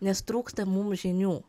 nes trūksta mums žinių